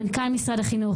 מנכ"ל משרד החינוך,